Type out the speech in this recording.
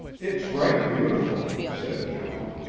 it's right beautiful, said joan,